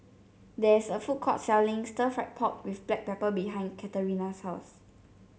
there is a food court selling Stir Fried Pork with Black Pepper behind Katarina's house